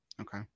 Okay